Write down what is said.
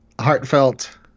heartfelt